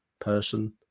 person